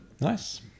nice